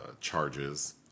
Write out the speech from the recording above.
charges